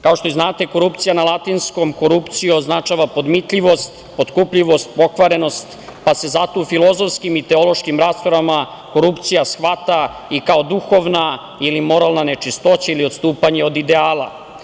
Kao što i znate, korupcija na latinskom „corruptio“ označava podmitljivost, potkupljivost, pokvarenost, pa se zato u filozofskim i teološkim raspravama korupcija shvata i kao duhovna ili moralna nečistoća ili odstupanje od ideala.